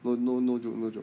no no no joke no joke